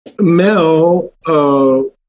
mel